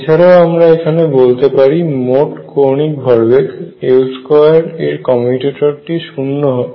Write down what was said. এছাড়াও আমরা এখানে বলতে পারি মোট কৌণিক ভরবেগ L2 এর কমিউটেটর টি ও শুন্য হবে